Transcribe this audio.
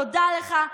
תודה לך.